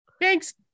Thanks